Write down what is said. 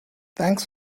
thanks